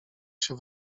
się